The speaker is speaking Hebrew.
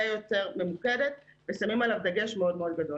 יותר ממוקדת ושמים עליו דגש גדול מאוד.